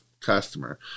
customer